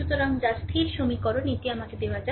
সুতরাং যা স্থির সমীকরণ এটি আমাকে দেওয়া যাক